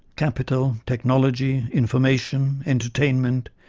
capital, technology, information, entertainment,